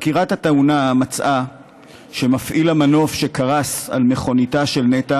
בחקירת התאונה נמצא שמפעיל המנוף שקרס על מכוניתה של נטע